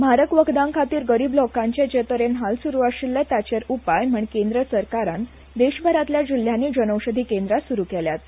म्हारग व्हखदाखातीर गरीब लोकांचे जे तरेन हाल सुरु आशिल्ले ताचेर उपाय म्हण केंद्र सरकारान देशभरातल्या जिल्हयानी जनौषदी केंद्रा सुरू केल्यात